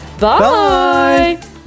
bye